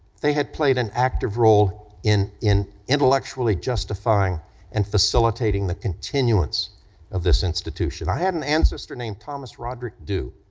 they had played an active role in in intellectually justifying and facilitating the continuance of this institution. i had an ancestor named thomas roderick dew